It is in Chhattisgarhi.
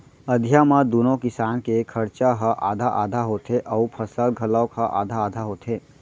अधिया म दूनो किसान के खरचा ह आधा आधा होथे अउ फसल घलौक ह आधा आधा होथे